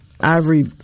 ivory